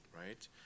right